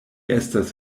estas